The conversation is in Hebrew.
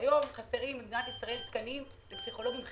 היום חסרים תקנים במדינת ישראל לפסיכולוגים חינוכיים.